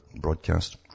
broadcast